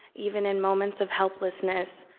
even in moments of helplessness.